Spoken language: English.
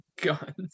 guns